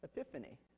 epiphany